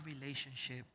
relationship